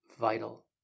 vital